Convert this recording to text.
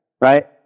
right